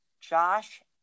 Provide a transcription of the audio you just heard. Josh